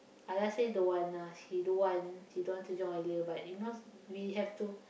Alia say don't want ah she don't want she don't want to join earlier but you know we have to